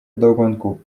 вдогонку